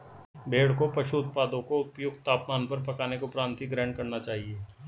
भेड़ को पशु उत्पादों को उपयुक्त तापमान पर पकाने के उपरांत ही ग्रहण करना चाहिए